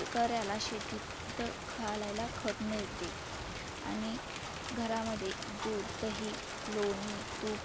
कऱ्याला शेतीत घालायला खत मिळते आणि घरामध्ये दूध दही लोणी तूप